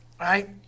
Right